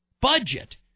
Budget